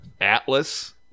Atlas